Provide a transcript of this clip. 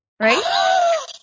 Right